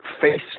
face